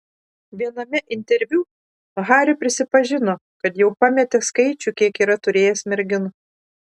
viename interviu harry prisipažino kad jau pametė skaičių kiek yra turėjęs merginų